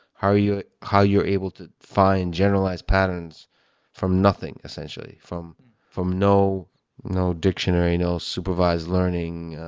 how you're how you're able to find generalized patterns from nothing, essentially, from from no no dictionary, no supervised learning